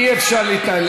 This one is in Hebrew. אי-אפשר להתנהל.